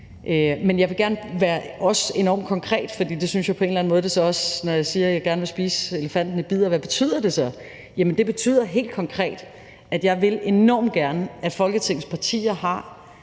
Men jeg vil også gerne være enormt konkret, for jeg synes på en eller anden måde, at jeg, når jeg siger, jeg gerne vil spise elefanten i bidder, skal forklare, hvad det så betyder. Det betyder helt konkret, at jeg enormt gerne vil, at Folketingets partier har